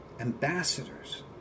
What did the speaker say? Ambassadors